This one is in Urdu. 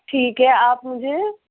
ٹھیک ہے آپ مجھے